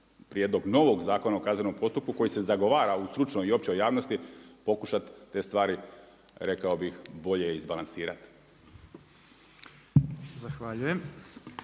prijedlog novog zakona o kaznenom postupku koji se zagovara u stručnoj i općoj javnosti pokušati te stvari rekao bih bolje izbalansirati.